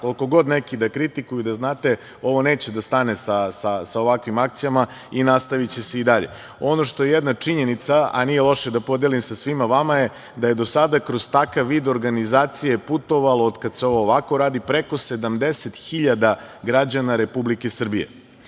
koliko god neki da kritikuju da znate ovo neće da stane sa ovakvim akcijama i nastaviće se i dalje. Ono što jedna činjenica, a nije loše da podelim sa svima vama da je do sada kroz takav vid organizacije putovalo kada se ovako radi preko 70.000 građana Republike Srbije. Ovakve